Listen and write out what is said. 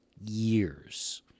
years